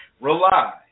rely